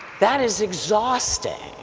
that is exhausting!